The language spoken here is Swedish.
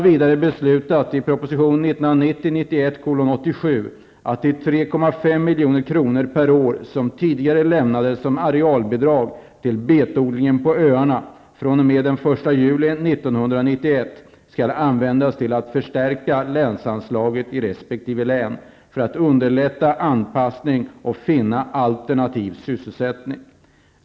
juli 1991 skall användas till att förstärka länsanslaget i resp. län för att underlätta anpassning och finna alternativ sysselsättning.